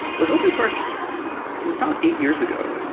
was open source about eight years ago.